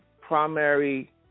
primary